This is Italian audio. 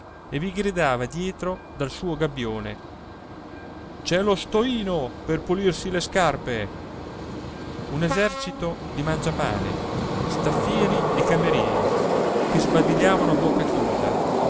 e vi gridava dietro dal suo gabbione c'è lo stoino per pulirsi le scarpe un esercito di mangiapane staffieri e camerieri che sbadigliavano a bocca chiusa